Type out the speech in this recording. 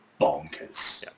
bonkers